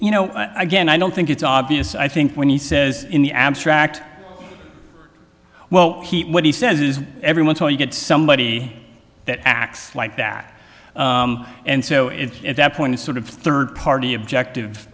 you know i guess i don't think it's obvious i think when he says in the abstract well keep what he says is everyone so you get somebody that acts like that and so it's at that point it's sort of third party objective